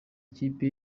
ikipe